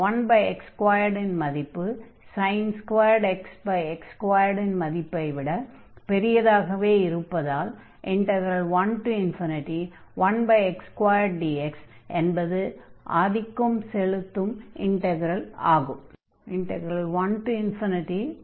1x2 இன் மதிப்பு x x2 இன் மதிப்பை விட பெரியதாக இருப்பதால் 11x2dx என்பது ஆதிக்கம் செலுத்தும் இண்டக்ரல் ஆகும்